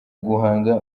guhanga